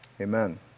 Amen